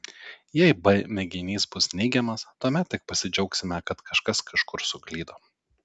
jei b mėginys bus neigiamas tuomet tik pasidžiaugsime kad kažkas kažkur suklydo